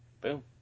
Boom